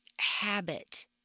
habit